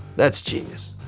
that's genius.